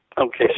Okay